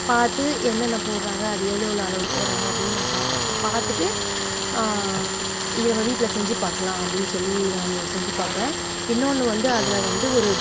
பார்த்து என்னென்ன போடுறாங்க அது எவ்வளோ எவ்வளோ அளவு போடுறாங்க அப்படின்னு நான் பார்ப்பேன் பார்த்துட்டு இதை நம்ம வீட்டில் செஞ்சுப் பார்க்கலாம் அப்படின்னு சொல்லி நான் செஞ்சுப் பார்த்தேன் இன்னொன்னு வந்து அதில் வந்து ஒரு